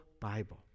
Bible